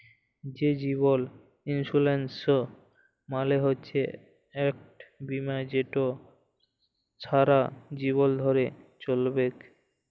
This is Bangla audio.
যে জীবল ইলসুরেলস মালে হচ্যে ইকট বিমা যেট ছারা জীবল ধ্যরে চ্যলবেক